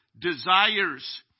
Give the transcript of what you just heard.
desires